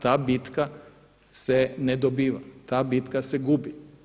Ta bitka se ne dobiva, ta bitka se gubi.